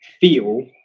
feel